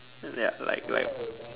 yup like like